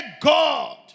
God